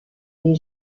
les